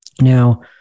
Now